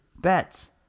bets